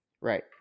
Right